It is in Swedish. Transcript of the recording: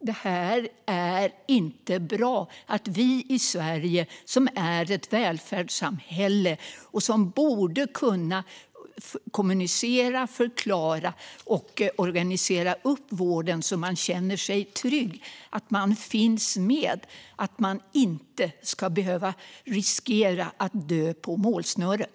Det här är inte bra. Vi lever i Sverige, ett välfärdssamhälle som borde kunna kommunicera, förklara och organisera vården så att man känner sig trygg med att man finns med och inte behöver riskera att dö på målsnöret.